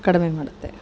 ಕಡಿಮೆ ಮಾಡುತ್ತೆ